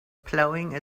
plowing